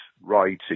writing